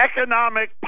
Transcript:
Economic